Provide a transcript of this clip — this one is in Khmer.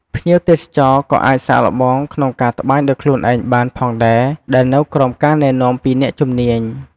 ភ្ញៀវទេសចរណ៍ក៏អាចសាកល្បងក្នុងការត្បាញដោយខ្លួនឯងបានផងដែរ ដែលនៅក្រោមការណែនាំពីអ្នកជំនាញ។